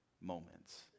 moments